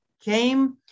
came